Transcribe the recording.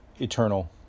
Eternal